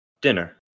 Dinner